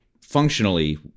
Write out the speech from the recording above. functionally